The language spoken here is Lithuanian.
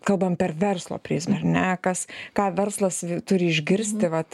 kalbam per verslo prizmę ar ne kas ką verslas turi išgirsti vat